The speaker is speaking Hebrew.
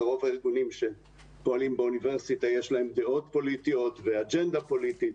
ולרוב הארגונים שפועלים באוניברסיטה יש דעות פוליטיות ואג'נדה פוליטית,